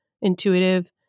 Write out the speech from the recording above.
intuitive